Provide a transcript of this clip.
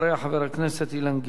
חבר הכנסת אילן גילאון.